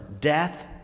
death